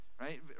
right